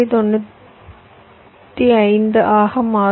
95 ஆக மாறும்